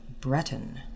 Breton